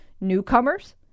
newcomers